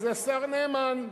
זה השר נאמן.